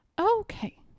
Okay